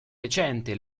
recente